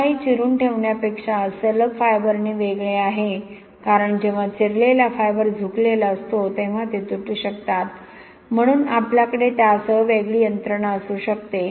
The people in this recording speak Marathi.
आता हे चिरून ठेवण्यापेक्षा सलग फायबरने वेगळे आहे कारण जेव्हा चिरलेला फायबर झुकलेला असतो तेव्हा ते तुटू शकतात म्हणून आपल्याकडे त्यासह वेगळी यंत्रणा असू शकते